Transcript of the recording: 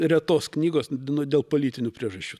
retos knygos dėl politinių priežasčių